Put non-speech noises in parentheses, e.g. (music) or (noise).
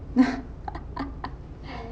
(laughs)